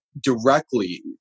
directly